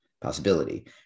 possibility